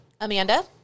Amanda